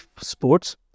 sports